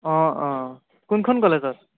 অঁ অঁ কোনখন কলেজত